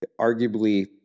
arguably